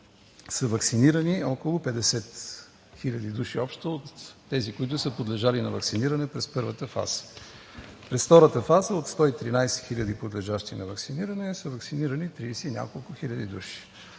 са ваксинирани около 50 хил. души общо от тези, които са подлежали на ваксиниране през първата фаза. През втората фаза от 113 хиляди, подлежащи на ваксиниране, са ваксинирани тридесет и няколко хиляди души.